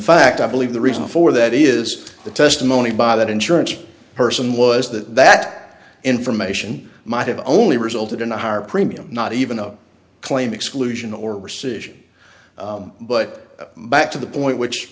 fact i believe the reason for that is the testimony by that insurance person was that that information might have only resulted in a higher premium not even though claim exclusion or rescission but back to the point which